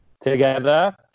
together